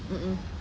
mmhmm